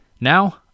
Now